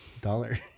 Dollar